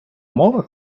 мова